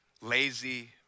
lazy